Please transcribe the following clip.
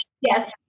Yes